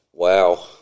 Wow